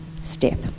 step